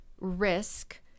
risk